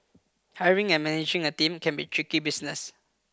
hiring and managing a team can be tricky business